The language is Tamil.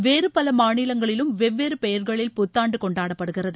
வேறு பல மாநிலங்களிலும் வெவ்வேறு பெயர்களில் புத்தாண்டு கொண்டாடப்படுகிறது